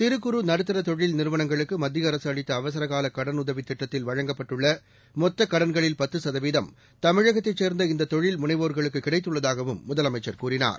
சிறு குறு நடுத்தர தொழில் நிறுவனங்களுக்கு மத்திய அரசு அளித்த அவசரகால கடனுதவி திட்டத்தில் வழங்கப்பட்டுள்ள மொத்தக் கடன்களில் பத்து சதவீதம் தமிழகத்தைச் சேர்ந்த இந்த தொழில் முனைவோர்களுக்கு கிடைத்துள்ளதாகவும் முதலமைச்சர் கூறினார்